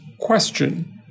question